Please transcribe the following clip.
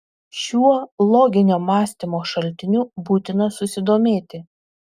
šiuo loginio mąstymo šaltiniu būtina susidomėti